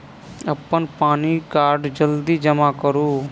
अप्पन पानि कार्ड जल्दी जमा करू?